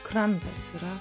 krantas yra